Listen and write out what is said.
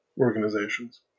organizations